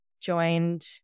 joined